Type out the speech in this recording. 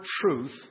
truth